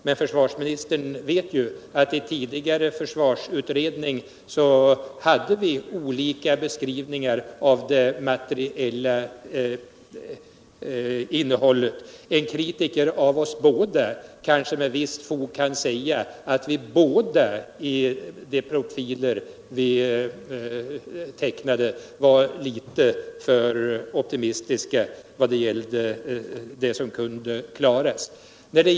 Men försvarsministern vet ju att vi i den tidigare försvarsutredningen hade olika beskrivningar av det materiella innehållet. En kritik som kanske med visst fog skulle kunna riktas mot oss är att vi båda var litet för optimistiska när vi angav vad som skulle kunna rymmas inom ramarna.